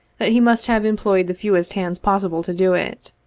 that he must have employed the fewest hands possible to do it.